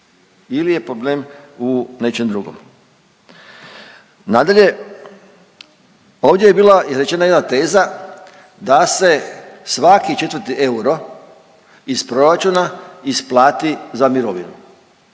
ili je problem u nečem drugom? Nadalje, ovdje je bila izrečena jedna teza da se svaki 4. euro iz proračuna isplati za mirovinu.